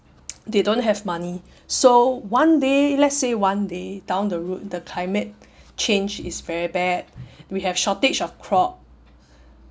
they don't have money so one day let's say one day down the route the climate change is very bad we have shortage of crop